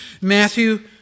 Matthew